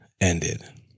ended